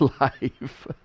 life